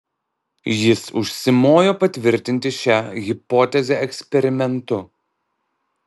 jis užsimojo patvirtinti šią hipotezę eksperimentu